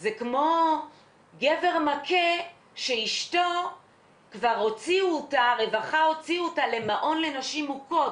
זה כמו גבר מכה שהרווחה כבר הוציאה את אשתו למעון לנשים מוכות.